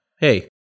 hey